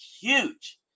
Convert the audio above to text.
huge